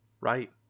Right